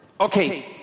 okay